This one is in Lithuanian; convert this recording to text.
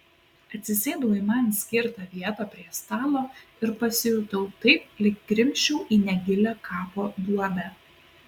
atsisėdau į man skirtą vietą prie stalo ir pasijutau taip lyg grimzčiau į negilią kapo duobę